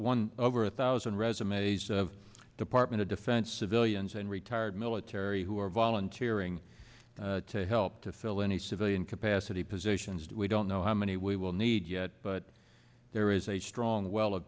over a thousand resumes department of defense civilians and retired military who are volunteering to help to fill any civilian capacity positions that we don't know how many we will need yet but there is a strong well of